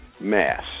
Mass